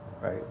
right